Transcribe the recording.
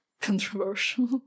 controversial